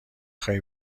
خواهی